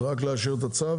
זה רק לאשר את הצו?